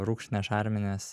rūgštines šarmines